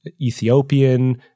Ethiopian